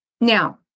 Now